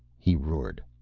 he roared.